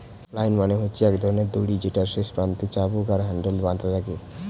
flail মানে হচ্ছে এক ধরণের দড়ি যেটার শেষ প্রান্তে চাবুক আর হ্যান্ডেল বাধা থাকে